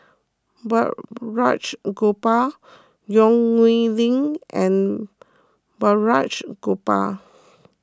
Balraj Gopal Yong Nyuk Lin and Balraj Gopal